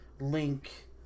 Link